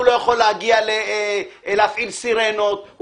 הוא לא יכול להגיע להפעיל סירנות,